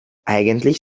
eigentlich